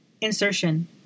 Insertion